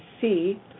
see